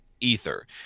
ether